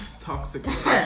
Toxic